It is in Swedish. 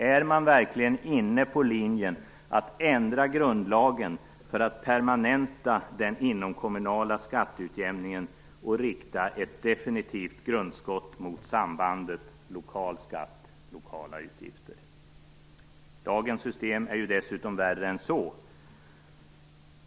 Är man verkligen inne på linjen att ändra grundlagen för att permanenta den inomkommunala skatteutjämningen och rikta ett definitivt grundskott mot sambandet lokal skatt-lokala utgifter? Dagens system är ju dessutom värre än så.